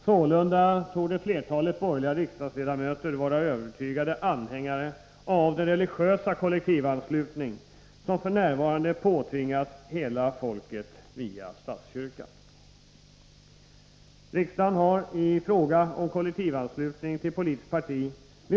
Sålunda torde flertalet borgerliga riksdagsledamöter vara övertygade anhängare av den religiösa kollektivanslutning som f. n. påtvingas hela folket via statskyrkan.